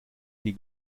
die